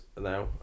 now